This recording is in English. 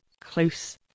close